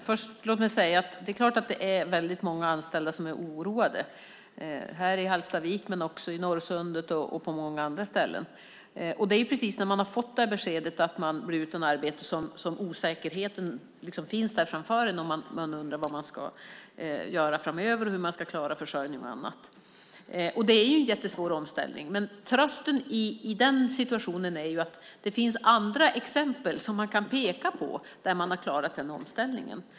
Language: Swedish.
Fru talman! Det är många anställda som är oroade både i Hallstavik och Norrsundet och på många andra ställen. Just när man har fått beskedet att man blir utan arbete finns ju osäkerheten om vad som ska hända framöver och hur man ska klara försörjningen. Det är ju en jättesvår omställning. Trösten i den situationen är att man kan peka på exempel där man har klarat omställningen.